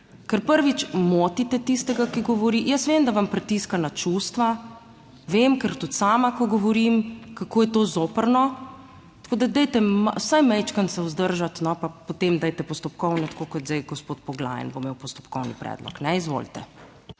ker prvič motite tistega, ki govori. Jaz vem, da vam pritiska na čustva, vem, ker tudi sama, ko govorim kako je to zoprno. Tako da dajte vsaj majčkeno se vzdržati, pa potem dajte postopkovno, tako kot zdaj, gospod Poglajen bo imel postopkovni predlog, ne. Izvolite.